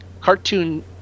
cartoon